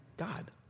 God